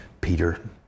Peter